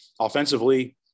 Offensively